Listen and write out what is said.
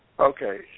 Okay